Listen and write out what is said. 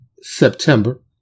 September